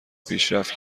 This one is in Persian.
پیشرفت